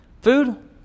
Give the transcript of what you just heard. Food